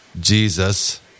Jesus